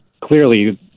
clearly